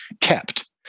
kept